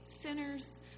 sinners